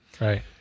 Right